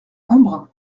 embrun